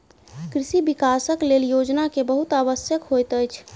कृषि विकासक लेल योजना के बहुत आवश्यकता होइत अछि